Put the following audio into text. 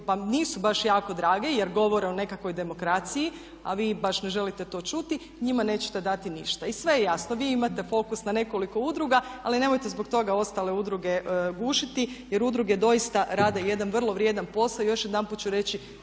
vam nisu baš jako drago jer govore o nekakvoj demokraciji a vi baš ne želite to čuti njima nećete dati ništa. I sve je jasno. Vi imate fokus na nekoliko udruga ali nemojte zbog toga ostale udruge gušiti jer udruge doista rade jedan vrlo vrijedan posao. I još jedanput ću reći